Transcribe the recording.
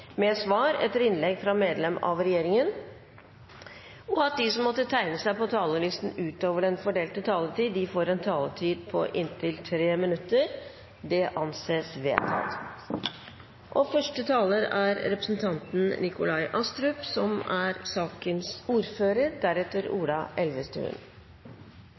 med svar etter innlegg fra medlem av regjeringen innenfor den fordelte taletid, og at de som måtte tegne seg på talerlisten utover den fordelte taletid, får en taletid på inntil 3 minutter. – Det anses vedtatt. Regjeringen har en ambisjon om å fornye, forenkle og forbedre Norge. Kommunal- og moderniseringsdepartementet foreslår derfor lovendringer som